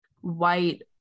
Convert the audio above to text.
white